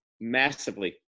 massively